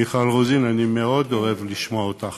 מיכל רוזין, אני מאוד אוהב לשמוע אותך,